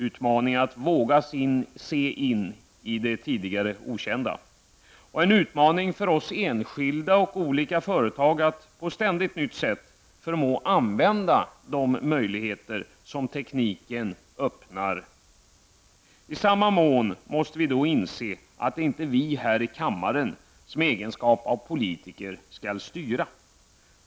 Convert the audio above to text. Utmaningar att våga se in i det tidigare okända, och en utmaning för oss enskilda och olika företag att på ständigt nytt sätt förmå använda de möjligheter tekniken öppnar. I samma mån måste vi då inse att det är inte vi här i kammaren som i egenskap av politiker skall styra.